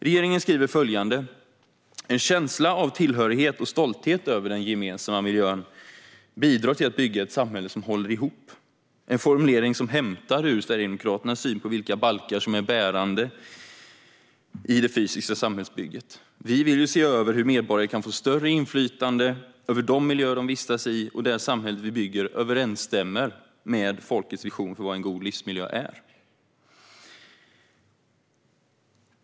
Regeringen skriver följande: "En känsla av tillhörighet och stolthet över den gemensamma miljön bidrar till att bygga ett samhälle som håller ihop." Det är en formulering som hämtad ur Sverigedemokraternas syn på vilka balkar som är bärande i det fysiska samhällsbygget. Vi vill se över hur medborgare kan få större inflytande över de miljöer som de vistas i och att samhället som vi bygger överensstämmer med folkets vision av vad en god livsmiljö är.